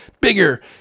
bigger